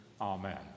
Amen